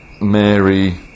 Mary